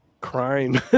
Crime